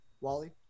Wally